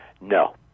No